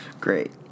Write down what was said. Great